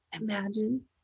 imagine